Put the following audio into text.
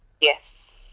Yes